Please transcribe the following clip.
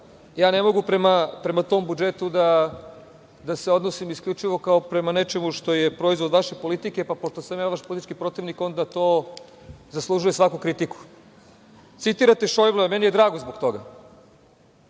ja ne mogu prema tom budžetu da se odnosim isključivo kao prema nečemu što je proizvod vaše politike, pa pošto sam ja vaš politički protivnik, onda to zaslužuje svaku kritiku. Citirate Šojbla, meni je drago zbog toga.